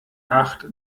acht